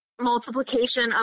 multiplication